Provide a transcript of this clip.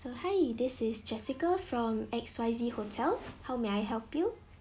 so hi this is jessica from X Y Z hotel how may I help you